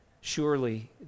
Surely